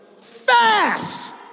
fast